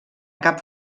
cap